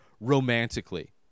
romantically